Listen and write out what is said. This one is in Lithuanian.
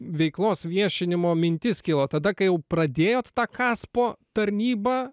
veiklos viešinimo mintis kilo tada kai jau pradėjot tą kaspo tarnybą